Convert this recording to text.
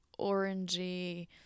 orangey